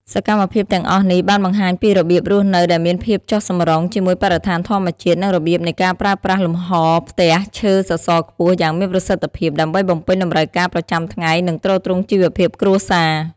សកម្មភាពទាំងអស់នេះបានបង្ហាញពីរបៀបរស់នៅដែលមានភាពចុះសម្រុងជាមួយបរិស្ថានធម្មជាតិ និងរបៀបនៃការប្រើប្រាស់លំហរផ្ទះឈើសសរខ្ពស់យ៉ាងមានប្រសិទ្ធភាព ដើម្បីបំពេញតម្រូវការប្រចាំថ្ងៃ និងទ្រទ្រង់ជីវភាពគ្រួសារ ។